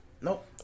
Nope